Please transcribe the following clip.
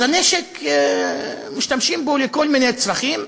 אז הנשק, משתמשים בו לכל מיני צרכים,